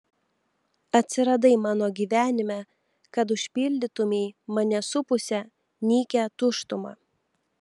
atsiradai mano gyvenime kad užpildytumei mane supusią nykią tuštumą